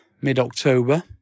mid-October